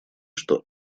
что